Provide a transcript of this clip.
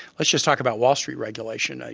let's just talk about wall street regulations.